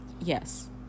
Yes